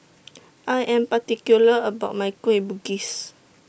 I Am particular about My Kueh Bugis